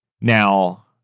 Now